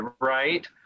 right